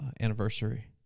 anniversary